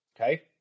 Okay